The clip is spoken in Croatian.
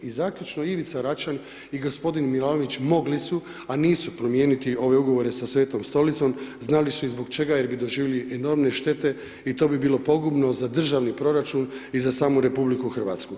I zaključak, Ivica Račan i g. Milanović mogli su a nisu promijenili ove ugovore sa Svetom Stolicom, znali su i zbog čega jer bi doživjeli enormne štete i to bi bilo pogubno za državni proračun i za samu RH.